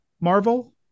Marvel